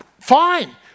fine